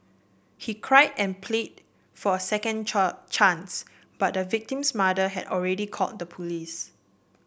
he cried and pleaded for a second chance but the victim's mother had already called the police